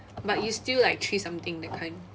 but it's still like three something that kind